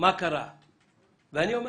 אני מקווה